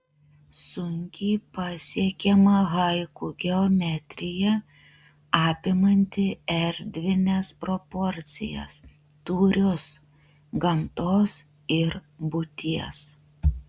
sunkiai pasiekiama haiku geometrija apimanti erdvines proporcijas tūrius gamtos ir būties